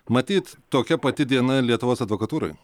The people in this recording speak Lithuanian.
matyt tokia pati diena ir lietuvos advokatūrai